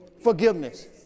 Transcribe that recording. forgiveness